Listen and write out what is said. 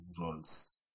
roles